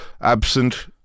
absent